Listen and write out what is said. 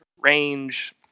range